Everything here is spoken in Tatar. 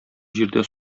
җирдә